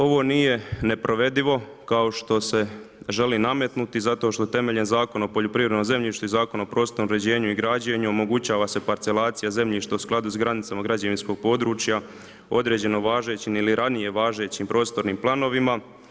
Ovo nije neprovedivo, kao što se želi nametnuti, zato što temeljem Zakona o poljoprivrednom zemljištu i Zakona o prostornom uređenju i građenju, omogućuje se parcelacija zemljišta u skladu s granicama građevinskog područja, određenim važećim ili ranije važećim prostornim planovima.